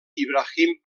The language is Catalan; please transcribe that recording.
ibrahim